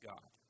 God